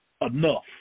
enough